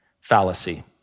fallacy